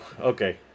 okay